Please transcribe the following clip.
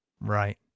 right